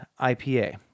IPA